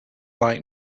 like